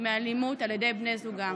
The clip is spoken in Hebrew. באלימות על ידי בני זוגן.